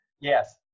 Yes